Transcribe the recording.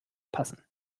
passen